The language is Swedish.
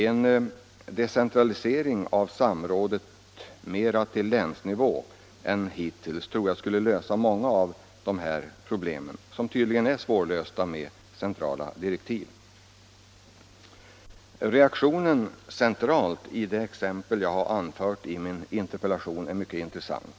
En decentralisering av samråden mera till länsnivå än hittills tror jag skulle lösa många av dessa problem, som tydligen är svåra att lösa med centrala direktiv. Reaktionen centralt när det gäller det exempel jag har anfört i min interpellation är mycket intressant.